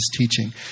teaching